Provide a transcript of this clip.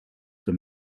for